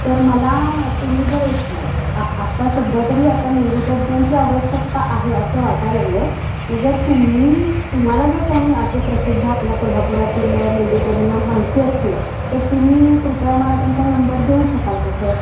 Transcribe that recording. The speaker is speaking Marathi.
तर मला तुम्ही जर एक आ आत्ता सध्या तरी आता मेंदु तज्ञांची आवश्यकता आहे असं वाटायला लागलंय म जर तुम्ही तुम्हाला जर कोणी असे प्रसिद्ध आपल्या कोल्हापुरातील मेंदुतज्ञ माहिती असतील तर तुम्ही कृपया मला त्यांचा नंबर देऊ शकाल का सर